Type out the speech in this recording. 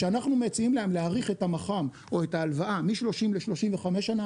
כשאנחנו מציעים להם להאריך את המח"מ או את ההלוואה מ-30 ל-35 שנה,